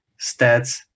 stats